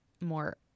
more